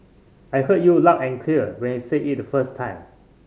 I heard you loud and clear when you said it the first time